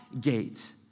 gate